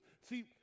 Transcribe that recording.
see